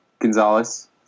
Gonzalez